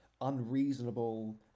unreasonable